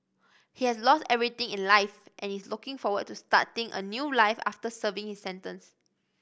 he has lost everything in life and is looking forward to starting a new life after serving his sentence